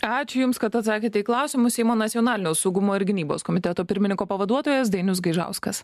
ačiū jums kad atsakėte į klausimus seimo nacionalinio saugumo ir gynybos komiteto pirmininko pavaduotojas dainius gaižauskas